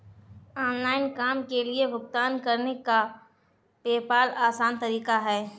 online काम के लिए भुगतान करने का पेपॉल आसान तरीका है